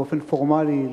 באופן פורמלי לפחות,